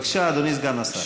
בבקשה, אדוני סגן השר.